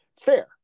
Fair